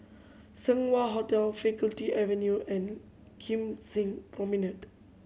Seng Wah Hotel Faculty Avenue and Kim Seng Promenade